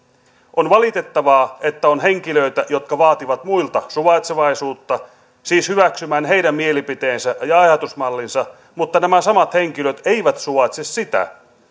on valitettavaa että on henkilöitä jotka vaativat muilta suvaitsevaisuutta siis hyväksymään heidän mielipiteensä ja ajatusmallinsa mutta nämä samat henkilöt eivät suvaitse sitä